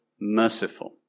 merciful